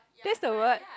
this a word